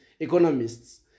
economists